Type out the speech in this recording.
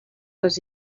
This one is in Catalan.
les